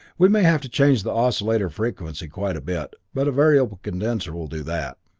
we may have to change the oscillator frequency quite a bit, but a variable condenser will do that.